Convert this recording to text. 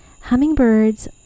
hummingbirds